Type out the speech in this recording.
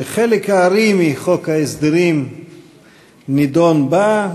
שחלק הארי מחוק ההסדרים נדון בה.